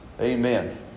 Amen